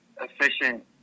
efficient